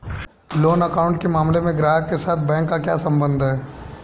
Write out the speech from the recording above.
Loan account के मामले में ग्राहक के साथ बैंक का क्या संबंध है?